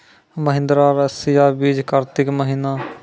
महिंद्रा रईसा बीज कार्तिक महीना?